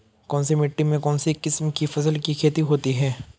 कौनसी मिट्टी में कौनसी किस्म की फसल की खेती होती है?